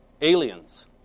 aliens